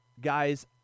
guys